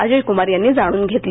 अजय कुमार यांनी जाणून घेतली